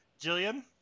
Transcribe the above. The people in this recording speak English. Jillian